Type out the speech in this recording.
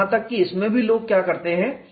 और यहां तक कि इसमें भी लोग क्या करते हैं